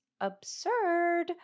absurd